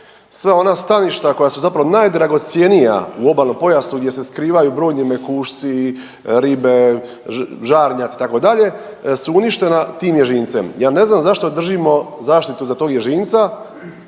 sva ona staništa koja su zapravo najdragocjenija u obalnom pojasu gdje se skrivaju brojni mekušci, ribe, žarnjaci itd. su uništena tim ježincem. Ja ne znam zašto držimo zaštitu za tog ježinca,